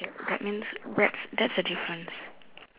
that means that's that's a difference